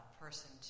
person